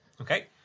Okay